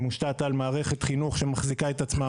מושתת על מערכת חינוך שמחזיקה את עצמה,